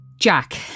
Jack